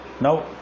Now